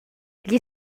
gli